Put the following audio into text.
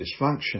dysfunction